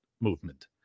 movement